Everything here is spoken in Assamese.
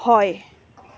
হয়